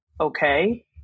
okay